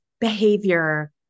behavior